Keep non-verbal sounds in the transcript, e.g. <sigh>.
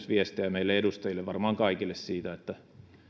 <unintelligible> viestiä meille edustajille varmaan kaikille siitä että